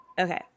okay